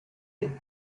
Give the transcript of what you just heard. you